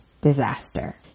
disaster